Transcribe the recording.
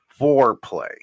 foreplay